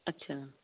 ਅੱਛਾ